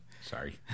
Sorry